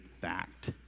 fact